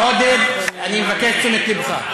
עודד, אני מבקש את תשומת לבך.